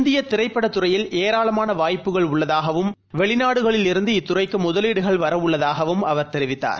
இந்தியதிரைப்படத் துறையில் ஏராளமானவாய்ப்புகள் உள்ளதாகவும் வெளிநாடுகளிலிருந்து இத்துறைக்குமுதலீடுகள் வரவுள்ளதாகவும் அவர் தெரிவித்தார்